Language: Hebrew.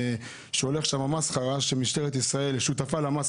או שהולכת שם מסחרה, ומשטרת ישראל שותפה לה.